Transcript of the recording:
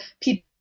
people